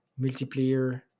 multiplayer